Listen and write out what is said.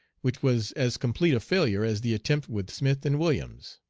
which was as complete a failure as the attempt with smith and williams.